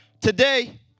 today